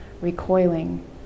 recoiling